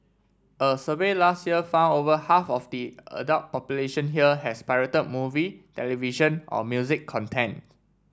a survey last year found over half of the adult population here has pirated movie television or music content